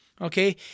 okay